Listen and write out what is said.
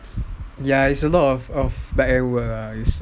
ya it's a lot of back end work lah